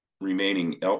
Remaining